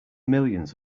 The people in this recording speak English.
millions